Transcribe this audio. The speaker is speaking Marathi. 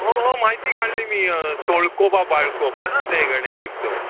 हो हो माहिती काढली मी सोळकोबा बाळकोबा ना ते गणेश उत्सव